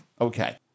okay